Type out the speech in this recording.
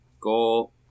goal